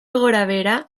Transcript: gorabehera